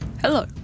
Hello